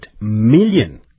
million